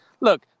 Look